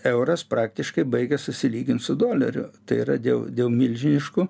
euras praktiškai baigia susilygint su doleriu tai yra dėl dėl milžiniškų